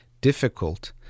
difficult